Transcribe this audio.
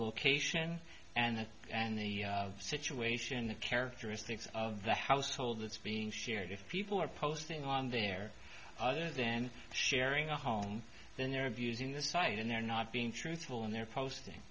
location and and the situation and characteristics of the household that's being shared if people are posting on there other than sharing a home then they're abusing the site and they're not being truthful in their posting